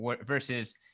versus